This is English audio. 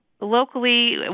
locally